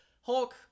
Hulk